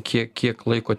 kie kiek laiko